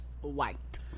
white